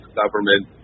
government